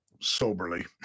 soberly